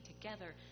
together